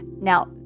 Now